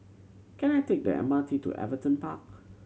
can I take the M R T to Everton Park